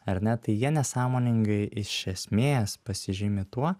ar ne tai jie nesąmoningai iš esmės pasižymi tuo